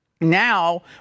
Now